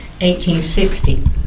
1860